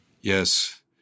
Yes